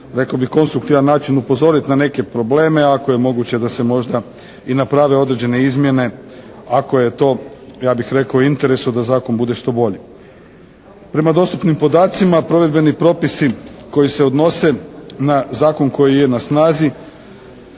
rekao bih konstruktivan način upozorit na neke probleme, ako je moguće da se možda i naprave određene izmjene, ako je to ja bih rekao u interesu da zakon bude što bolji. Prema dostupnim podacima provedbeni propisi koji se odnose na zakon koji je na snazi,